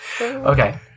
Okay